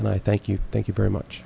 i thank you thank you very much